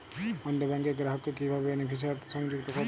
অন্য ব্যাংক র গ্রাহক কে কিভাবে বেনিফিসিয়ারি তে সংযুক্ত করবো?